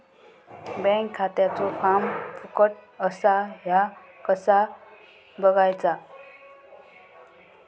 Bank खात्याचो form फुकट असा ह्या कसा बगायचा?